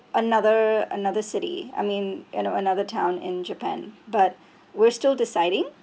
another another city I mean you know another town in japan but we're still deciding